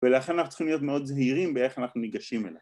‫ולכן אנחנו צריכים להיות מאוד ‫זהירים באיך אנחנו ניגשים אליהם.